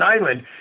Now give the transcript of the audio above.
island